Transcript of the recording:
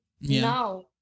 No